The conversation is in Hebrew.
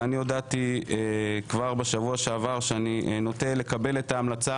ואני הודעתי כבר בשבוע שעבר שאני נוטה לקבל את ההמלצה